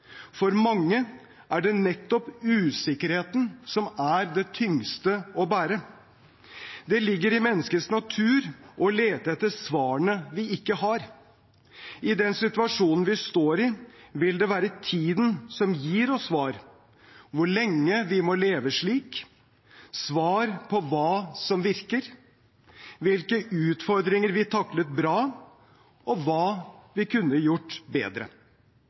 For mange er det nettopp usikkerheten som er det tyngste å bære. Det ligger i menneskets natur å lete etter svarene vi ikke har. I den situasjonen vi står i, vil det være tiden som gir oss svar på hvor lenge vi må leve slik, svar på hva som virker, hvilke utfordringer vi taklet bra – og hva vi kunne gjort bedre.